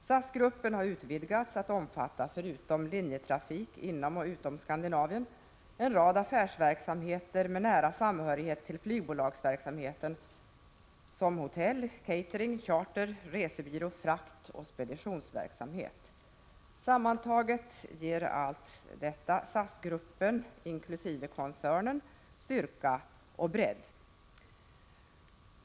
SAS-gruppen har utvidgats till att omfatta förutom linjetrafik inom och utan Skandinavien en rad affärsverksamheter med nära samhörighet till flygbolagsverksamheten, som hotell-, catering-, charter-, resebyrå-, fraktoch speditionsverksamhet. Sammantaget ger allt detta SAS-gruppen inkl. koncernen styrka och bredd.